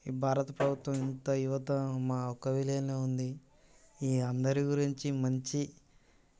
ఈ భారత ప్రభుత్వం ఇంత యువత మా ఒక విలెజ్లోనే ఉంది ఈ అందరి గురించి మంచి